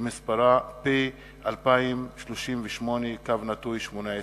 שמספרה פ/2038/18.